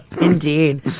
indeed